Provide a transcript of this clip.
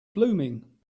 blooming